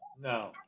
No